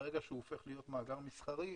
וברגע שהוא הופך להיות מאגר מסחרי,